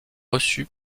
reçue